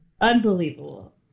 Unbelievable